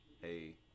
hey